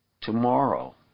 tomorrow